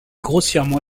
grossièrement